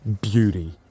beauty